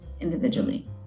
individually